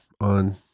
on